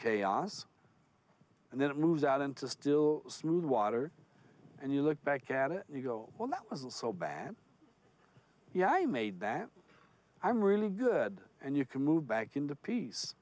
chaos and then it moves out into still smooth water and you look back at it and you go well that wasn't so bad yeah i made that i'm really good and you can move back into peace